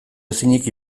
ezinik